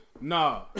Nah